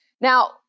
Now